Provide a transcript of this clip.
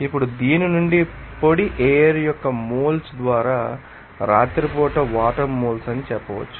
ఇప్పుడు దీని నుండి పొడి ఎయిర్ యొక్క మోల్స్ ద్వారా రాత్రిపూట వాటర్ మోల్స్ అని చెప్పవచ్చు